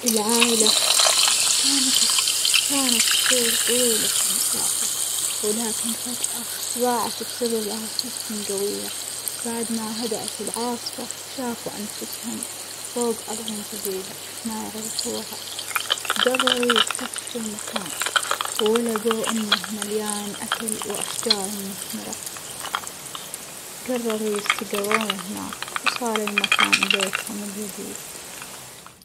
العائلة كانت كانت تطير طويلة المسافة، لكن فجأة ظاعت بسبب عاصفةٍ جوية، بعد ما هدأت العاصفة شافوا أنفسهم فوج أرض جديدة ما يعرفوها، جرروا يستكشفوا المكان ولجوا إنه مليان أكل وأشجار مثمرة، جرروا يستجرون هناك وصار المكان بيتهم اليديد.